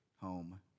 home